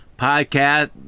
podcast